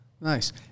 Nice